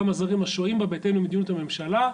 גם הזרים השוהים בה בהתאם למדיניות הממשלה,